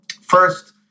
First